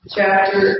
chapter